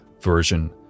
version